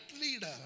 leader